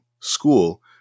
school